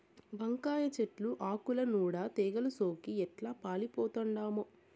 వంకాయ చెట్లు ఆకుల నూడ తెగలు సోకి ఎట్లా పాలిపోతండామో